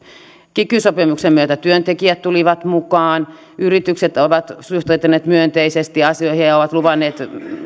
kiky sopimuksen myötä työntekijät tulivat mukaan yritykset ovat suhtautuneet myönteisesti asioihin ja suomen yrittäjät ja ek ovat luvanneet